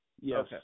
Yes